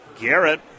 Garrett